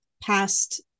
past